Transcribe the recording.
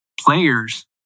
players